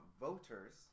voters